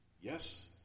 yes